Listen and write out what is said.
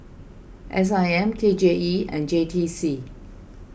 S I M K J E and J T C